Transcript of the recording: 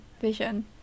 Vision